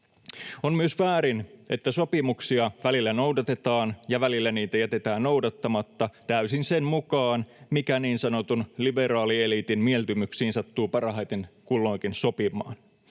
On myös väärin, että sopimuksia välillä noudatetaan ja välillä niitä jätetään noudattamatta täysin sen mukaan, mikä niin sanotun liberaalieliitin mieltymyksiin sattuu parhaiten kulloinkin sopimaan.